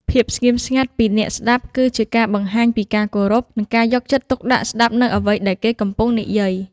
ភាពស្ងៀមស្ងាត់ពីអ្នកស្តាប់គឺជាការបង្ហាញពីការគោរព និងការយកចិត្តទុកដាក់ស្តាប់នូវអ្វីដែលគេកំពុងនិយាយ។